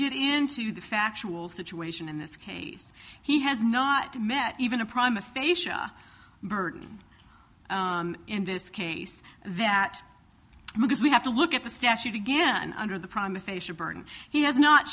get into the factual situation in this case he has not met even a prime aphasia burden in this case that because we have to look at the statute again under the prime aphasia burden he has not